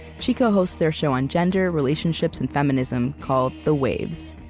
she co-hosts their show on gender, relationships, and feminism, called the waves.